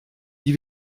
die